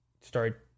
start